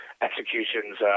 executions